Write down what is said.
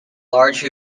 large